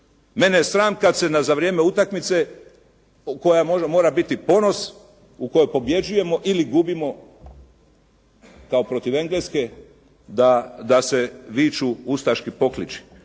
Mene je sram kad se na, za vrijeme utakmice koja mora biti ponos, u kojoj pobjeđujemo ili gubimo kao protiv Engleske da se viču ustaški pokliči.